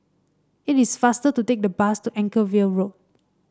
it is faster to take the bus to Anchorvale Road